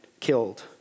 killed